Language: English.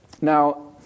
Now